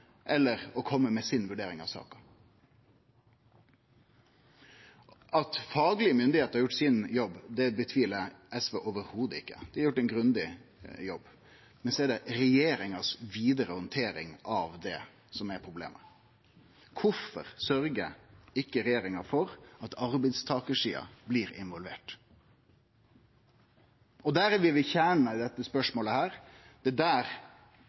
eller å kome med si vurdering av saka? At faglege myndigheiter har gjort jobben sin, tviler SV slettes ikkje på. Dei har gjort ein grundig jobb, men det er regjeringa si vidare handtering av det som er problemet. Kvifor sørgjer ikkje regjeringa for at arbeidstakarsida blir involvert? Der er vi ved kjernen i dette spørsmålet. Det er der